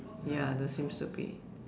ya don't seems to be